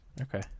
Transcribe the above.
Okay